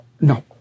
No